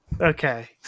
okay